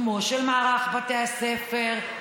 כמו מערך בתי הספר,